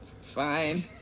fine